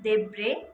देब्रे